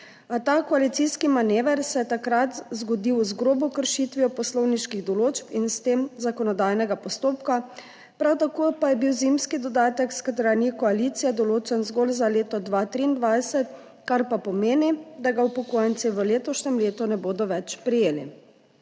ta koalicijski manever se je takrat zgodil z grobo kršitvijo poslovniških določb in s tem zakonodajnega postopka. Prav tako pa je bil zimski dodatek s strani koalicije določen zgolj za leto 2023, kar pa pomeni, da ga upokojenci v letošnjem letu ne bodo več prejeli.